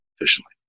efficiently